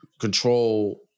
control